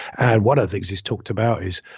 and what are the things he's talked about his,